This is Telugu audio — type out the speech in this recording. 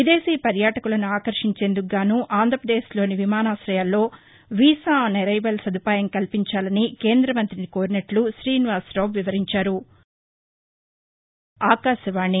విదేశీ పర్యాటకులను ఆకర్షించేందుకుగాను ఆంధ్రప్రదేశ్లోని విమానాశయాల్లో వీసా ఆన్ అరైవల్ సదుపాయం కల్పించాలని కేందమంతిని కోరినట్లు శ్రీనివాసరావు తెలిపారు